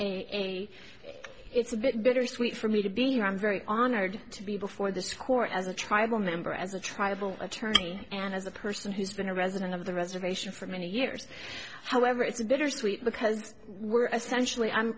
and it's a bit bittersweet for me to be here i'm very honored to be before this court as a tribal member as a tribal attorney and as a person who's been a resident of the reservation for many years however it's a bittersweet because we're essentially